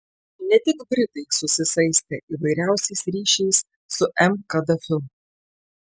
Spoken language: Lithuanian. ne tik britai susisaistė įvairiausiais ryšiais su m gaddafiu